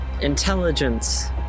Intelligence